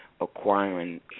acquiring